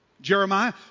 Jeremiah